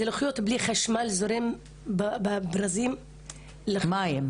זה אומר לחיות בלי מים זורמים בברזים, בלי חשמל,